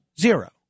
Zero